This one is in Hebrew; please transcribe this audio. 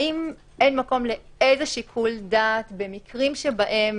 האם אין מקום לאיזה שיקול דעת במקרים שבהם